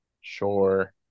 sure